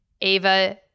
Ava